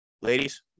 Ladies